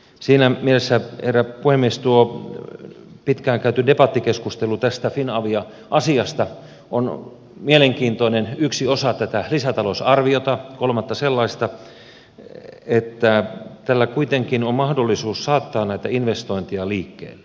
siinä mielessä herra puhemies tuo pitkään käyty debattikeskustelu tästä finavia asiasta on mielenkiintoinen yksi osa tätä lisätalousarviota kolmatta sellaista että tällä kuitenkin on mahdollisuus saattaa näitä investointeja liikkeelle